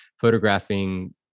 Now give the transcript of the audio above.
photographing